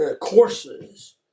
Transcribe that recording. Courses